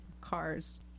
cars